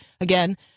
Again